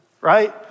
right